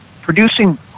producing